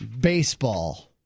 baseball